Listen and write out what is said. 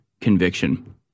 conviction